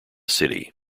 city